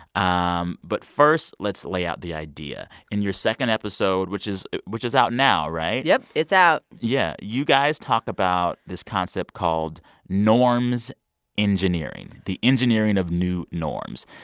um but first, let's lay out the idea. in your second episode which is which is out now, right? yup. it's out yeah. you guys talk about this concept called norms engineering, the engineering of new norms.